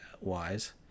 Wise